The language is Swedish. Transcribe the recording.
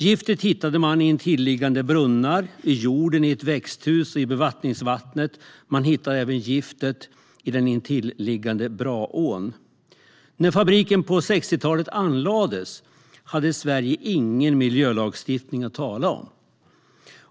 Giftet hittade man i intilliggande brunnar, i jorden i ett växthus och i bevattningsvattnet. Man hittade giftet även i den intilliggande Braån. När fabriken på 60-talet anlades hade Sverige ingen miljölagstiftning att tala om.